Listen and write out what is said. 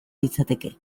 litzateke